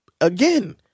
again